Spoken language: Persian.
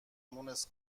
مونس